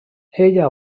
ella